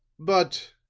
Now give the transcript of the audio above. but,